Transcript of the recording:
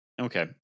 Okay